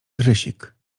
grysik